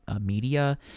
media